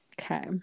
Okay